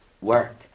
work